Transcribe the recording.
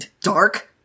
Dark